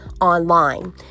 online